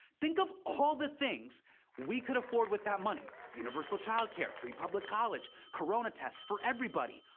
think of all the things we could afford with that money. universal childcare, free public college, corona tests for everybody.